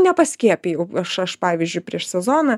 nepaskiepijau aš aš pavyzdžiui prieš sezoną